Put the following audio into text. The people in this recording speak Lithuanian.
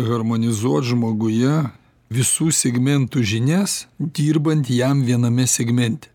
harmonizuot žmoguje visų segmentų žinias dirbant jam viename segmente